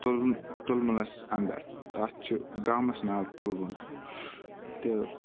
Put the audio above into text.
تُلمُل تُلمُلَس اَندَر تَتھ چھُ گامَس ناو تُلمُل تہٕ